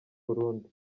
burundi